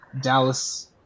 Dallas